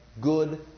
Good